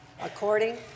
according